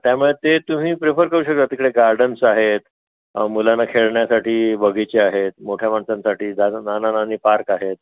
त्यामुळे ते तुम्ही प्रीफर करू शकता तिकडे गार्डन्स आहेत मुलांना खेळण्यासाठी बगीचे आहेत मोठ्या माणसांसाठी झालं नाना नानी पार्क आहेत